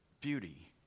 beauty